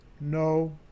No